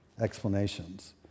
explanations